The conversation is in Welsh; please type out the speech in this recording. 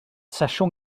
sesiwn